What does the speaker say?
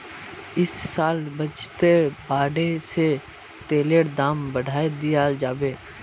इस साल बजटेर बादे से तेलेर दाम बढ़ाय दियाल जाबे